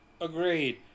Agreed